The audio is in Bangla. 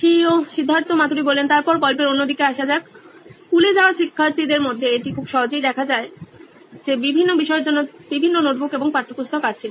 সিদ্ধার্থ মাতুরি সিইও নইন ইলেকট্রনিক্স তারপর গল্পের অন্য দিকে আসি স্কুলে যাওয়া শিক্ষার্থীদের মধ্যে এটি খুব সহজেই দেখা যায় যে বিভিন্ন বিষয়ের জন্য বিভিন্ন নোটবুক এবং পাঠ্যপুস্তক রয়েছে